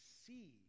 see